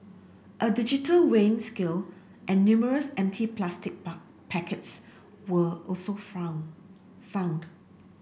a digital weighing scale and numerous empty plastic packets were also found found